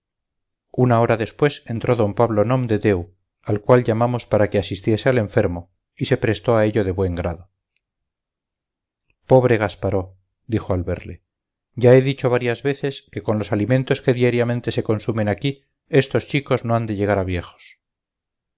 una hora después entró d pablo nomdedeu al cual llamamos para que asistiese al enfermo y se prestó a ello de buen grado pobre gasparó dijo al verle ya he dicho varias veces que con los alimentos que diariamente se consumen aquí estos chicos no han de llegar a viejos